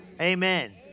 Amen